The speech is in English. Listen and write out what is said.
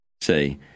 Say